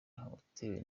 watewe